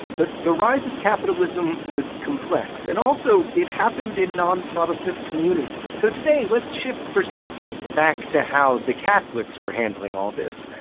but the rise of capitalism was complex, and also it happened in non-protestant communities. so today, let's shift perspectives back to how the catholics were handling all this.